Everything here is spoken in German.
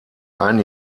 ein